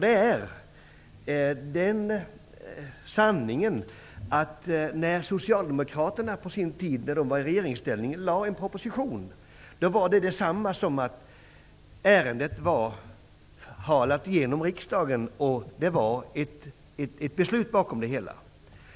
Det är att när socialdemokraterna på sin tid i regeringsställning lade fram en proposition innebar det att ärendet hade halats igenom riksdagen. Det var beslutat.